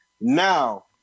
Now